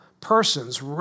persons